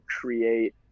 create